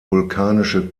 vulkanische